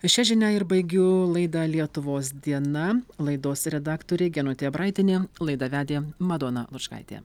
šia žinia ir baigiu laidą lietuvos diena laidos redaktorė genutė abraitienė laidą vedė madona lučkaitė